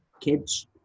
kids